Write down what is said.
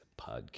podcast